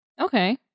Okay